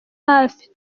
hafi